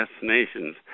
destinations